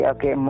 Okay